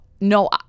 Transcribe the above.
no